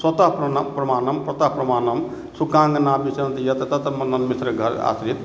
स्वतः प्रमाणम ततः प्रमाणम शुकांगना विचरन्ति यत तत मण्डन मिश्र घर आसीत